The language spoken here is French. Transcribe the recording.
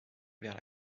vers